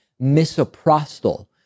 misoprostol